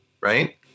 right